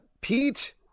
Pete